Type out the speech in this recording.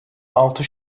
altı